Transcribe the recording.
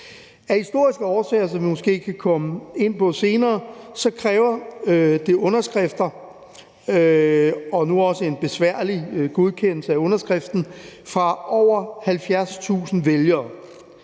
Af historiske årsager, som vi måske kan komme ind på senere, kræver det underskrifter – og nu også en besværlig godkendelse af underskrifterne – fra over 70.000 vælgere.